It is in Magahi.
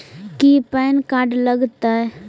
की पैन कार्ड लग तै?